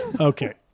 Okay